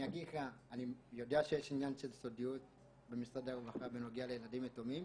אני יודע שיש עניין של סודיות במשרד הרווחה בנוגע לילדים יתומים,